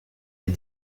les